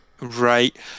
Right